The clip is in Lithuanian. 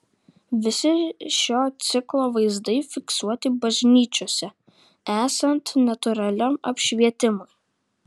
visi šio ciklo vaizdai fiksuoti bažnyčiose esant natūraliam apšvietimui